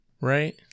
Right